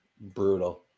brutal